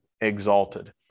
exalted